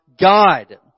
God